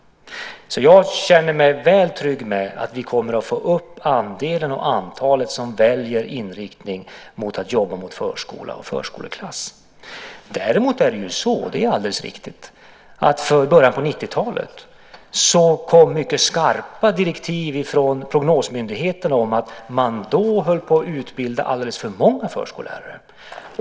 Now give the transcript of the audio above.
Jag känner mig alldeles trygg med att vi kommer att få upp andelen och antalet som väljer inriktningen att jobba i förskolan och med förskoleklass. Däremot är det så, det är alldeles riktigt, att det i början av 90-talet kom mycket skarpa direktiv från prognosmyndigheten som sade att man höll på att utbilda alldeles för många förskollärare.